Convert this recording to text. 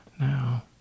now